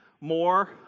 more